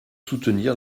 soutenir